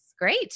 great